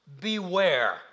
Beware